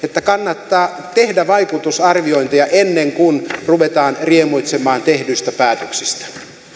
kannattaa tehdä vaikutusarviointeja ennen kuin ruvetaan riemuitsemaan tehdyistä päätöksistä